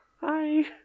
Hi